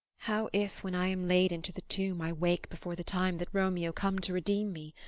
how if, when i am laid into the tomb, i wake before the time that romeo come to redeem me?